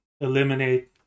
eliminate